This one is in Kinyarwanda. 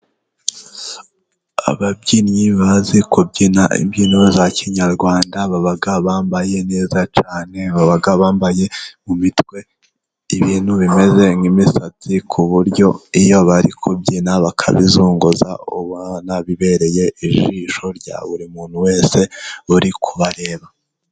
Ababyinnyi bazi kubyina imbyino za kinyarwanda, baba bambaye neza cyane, baba bambaye mu mitwe ibintu bimeze nk'imisatsi ku buryo iyo bari kubyina bakabizunguza, bibabereye ijisho rya buri muntu wese uri kubareba.